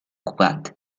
cugat